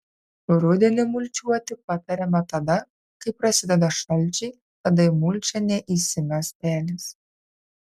rudenį mulčiuoti patariama tada kai prasideda šalčiai tada į mulčią neįsimes pelės